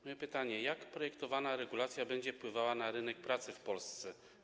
Moje pytanie brzmi: Jak projektowana regulacja będzie wpływała na rynek pracy w Polsce?